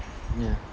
ya